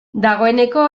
dagoeneko